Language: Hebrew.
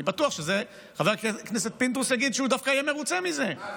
אני בטוח שחבר הכנסת פינדרוס יגיד שהוא דווקא יהיה מרוצה מזה.